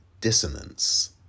Dissonance